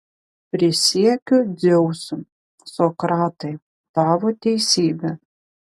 prisiekiu dzeusu sokratai tavo teisybė